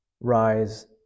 rise